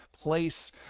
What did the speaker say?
place